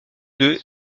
deux